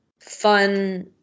fun